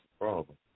problem